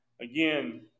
Again